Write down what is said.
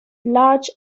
large